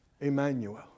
Emmanuel